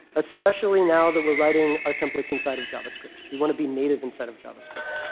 especially now that we're writing our templates inside of javascript. we want to be native inside of javascript.